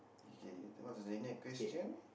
okay what is the next question